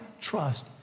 trust